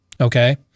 Okay